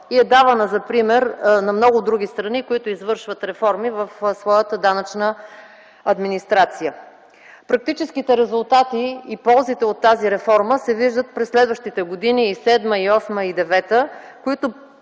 и е давана за пример на много други страни, които извършват реформи в своята данъчна администрация. Практическите резултати и ползите от тази реформа се виждат през следващите години – 2007, 2008 и 2009, които